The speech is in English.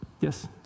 Yes